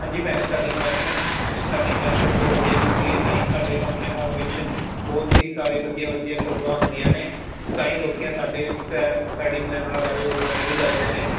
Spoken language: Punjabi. ਹਾਂਜੀ ਭੈਣੇ ਸਾਡੀ ਇਨਵੈਸਟਮੈਂਟ ਸਾਡੀ ਇਨਵੈਸਟਮੈਂਟ ਬਹੁਤ ਵਧੀਆ ਕੀਤੀ ਹੈ ਤਾਂ ਹੀ ਸਾਡੇ ਫੰਕਸ਼ਨਾਂ ਵਿੱਚ ਬਹੁਤ ਹੀ ਸਾਰੇ ਵਧੀਆ ਵਧੀਆ ਫੋਟੋਆਂ ਆਉਂਦੀਆਂ ਨੇ ਅਤੇ ਤਾਂ ਹੀ ਲੋਕ ਸਾਡੇ ਵੈ ਵੈਡਿੰਗ ਪਲੈਨਰਾਂ ਬਾਰੇ ਹੋਰਾਂ ਨੂੰ ਵੀ ਦੱਸਦੇ ਨੇ